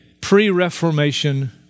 pre-Reformation